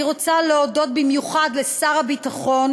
אני רוצה להודות במיוחד לשר הביטחון